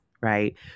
right